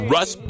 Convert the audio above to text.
Russ